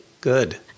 Good